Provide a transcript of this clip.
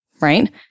right